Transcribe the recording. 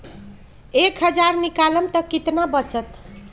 एक हज़ार निकालम त कितना वचत?